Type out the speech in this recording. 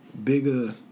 bigger